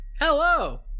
Hello